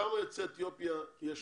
כמה יוצאי אתיופיה יש היום?